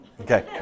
Okay